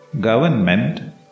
Government